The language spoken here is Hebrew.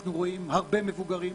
אנחנו רואים הרבה מבוגרים,